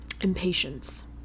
impatience